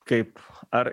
kaip ar